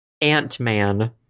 Ant-Man